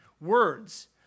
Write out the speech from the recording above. words